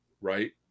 Right